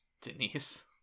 Denise